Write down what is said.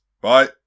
Bye